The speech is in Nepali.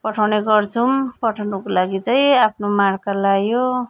पठाउने गर्छौँ पठाउनुको लागि चाहिँ आफ्नो मार्कार लायो